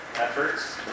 efforts